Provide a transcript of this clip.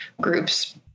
groups